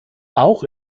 auch